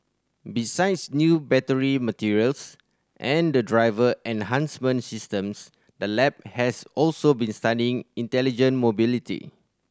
besides new battery materials and driver enhancement systems the lab has also been studying intelligent mobility